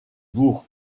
bourg